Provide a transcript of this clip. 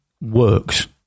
works